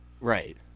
Right